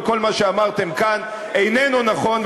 וכל מה שאמרתם כאן איננו נכון,